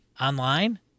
online